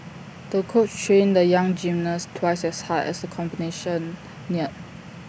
the coach trained the young gymnast twice as hard as the competition neared